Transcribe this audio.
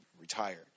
Retired